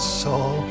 soul